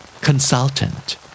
Consultant